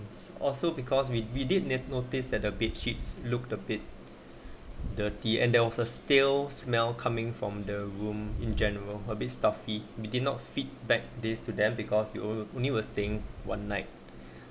it's also because we we did n~ noticed that the bed sheets looked a bit dirty and there was a stale smell coming from the room in general a bit stuffy we didn't not feedback this to them because you also knew were staying one night